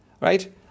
right